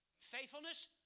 Faithfulness